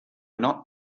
not